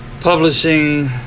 publishing